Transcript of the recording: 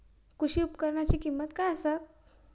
कृषी उपकरणाची किमती काय आसत?